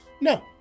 No